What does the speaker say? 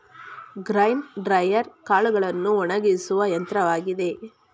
grain dryer ಕಾಳುಗಳನ್ನು ಒಣಗಿಸುವ ಯಂತ್ರವಾಗಿದೆ